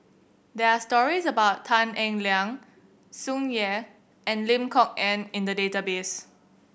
there are stories about Tan Eng Liang Tsung Yeh and Lim Kok Ann in the database